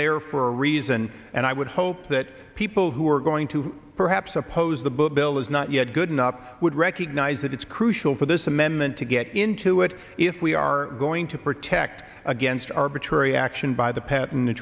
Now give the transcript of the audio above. there for a reason and i would hope that people who are going to perhaps oppose the bush bill was not yet good enough would recognize that it's crucial for this amendment to get into what if we are going to protect against arbitrary action by the patent and t